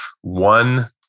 one